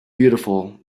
beautiful